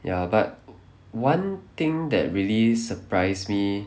ya but one thing that really surprise me